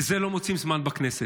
לזה לא מוצאים זמן בכנסת.